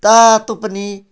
तातो पनि